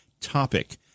topic